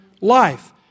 life